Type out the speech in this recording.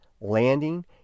landing